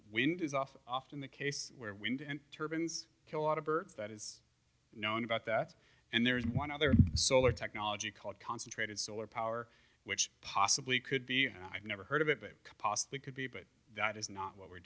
wind is often often the case where wind and turbans kill a lot of birds that is known about that and there is one other solar technology called concentrated solar power which possibly could be and i never heard of it possibly could be but that is not what we're